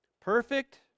Perfect